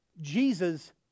Jesus